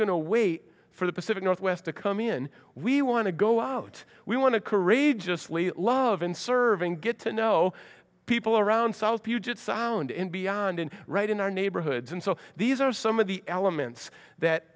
to wait for the pacific northwest to come in we want to go out we want to courageously love in serving get to know people around south puget sound in beyond in right in our neighborhoods and so these are some of the elements that